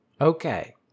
Okay